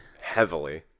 heavily